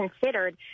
considered